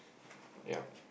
yup